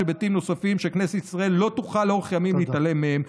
יש היבטים נוספים שכנסת ישראל לא תוכל לאורך ימים להתעלם מהם.